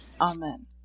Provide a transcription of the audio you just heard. Amen